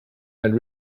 and